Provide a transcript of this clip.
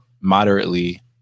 moderately